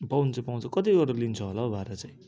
पाउनु चाहिँ पाउँछ कति गरेर लिन्छ होला हौ भाडा चाहिँ